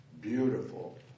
beautiful